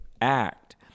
act